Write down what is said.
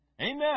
Amen